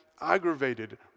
aggravated